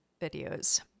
videos